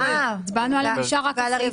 הצבענו עליהן.